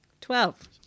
Twelve